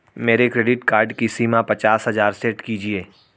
मेरे credit card की सीमा पचास हजार सेट कीजिए